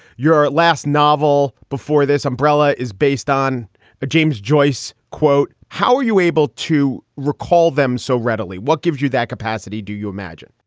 your last novel before this umbrella is based on a james joyce quote. how are you able to recall them so readily? what gives you that capacity, do you imagine?